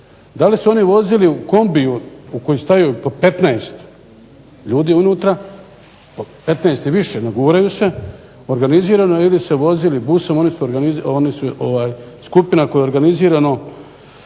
Da li se oni vozili u kombiju u koji staje 15 i više ljudi u njega naguraju se organizirano ili se vozili busom, oni su skupina koja organizirano